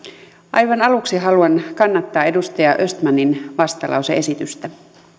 aivan aluksi haluan kannattaa edustaja östmanin vastalause esitystä